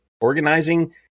organizing